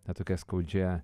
na tokia skaudžia